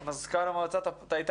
אין